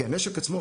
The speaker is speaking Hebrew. כי הנשק עצמו,